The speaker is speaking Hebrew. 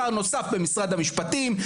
שר נוסף במשרד המשפטים.